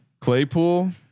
Claypool